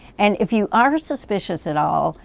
and, if you are suspicious at all,